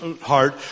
heart